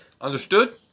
understood